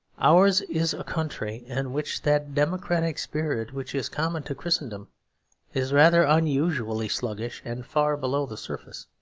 ours is a country in which that democratic spirit which is common to christendom is rather unusually sluggish and far below the surface.